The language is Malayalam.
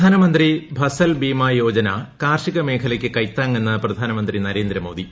പ്രധാനമന്ത്രി ഫസൽ ബീമാ യോജന കാർഷിക മേഖലയ്ക്ക് കൈത്താങ്ങെന്ന് പ്രധാനമന്ത്രി നരേന്ദ്ര മോദി